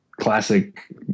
classic